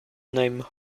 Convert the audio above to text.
name